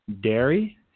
dairy